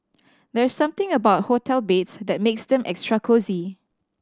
there's something about hotel beds that makes them extra cosy